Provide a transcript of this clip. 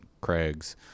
Craig's